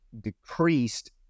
decreased